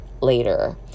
later